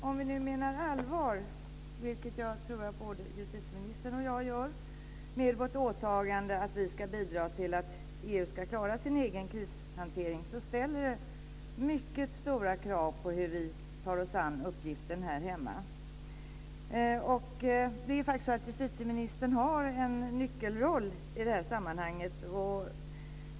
Om vi nu menar allvar, vilket jag tror att både justitieministern och jag gör, med vårt åtagande att bidra till att EU ska klara sin egen krishantering ställer det mycket stora krav på hur vi tar oss an uppgiften här hemma. Justitieministern har faktiskt en nyckelroll i det här sammanhanget.